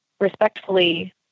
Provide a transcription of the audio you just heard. respectfully